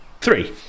three